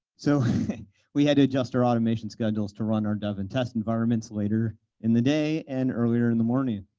so we had to adjust our automation schedules to run our dev and test environments later in the day and earlier in the morning